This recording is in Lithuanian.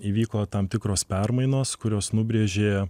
įvyko tam tikros permainos kurios nubrėžė